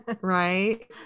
Right